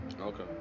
okay